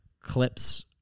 clips